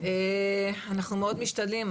אנחנו מאוד משתדלים.